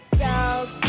girls